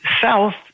South